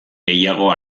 gehiago